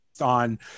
on